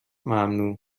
ممنوع